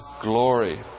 glory